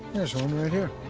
there's one right here